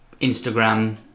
Instagram